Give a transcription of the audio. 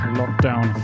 lockdown